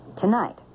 tonight